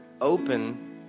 open